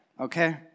Okay